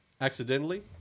accidentally